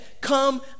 come